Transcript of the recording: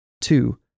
two